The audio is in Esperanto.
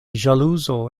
ĵaluzo